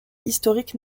historique